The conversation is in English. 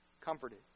comforted